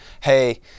hey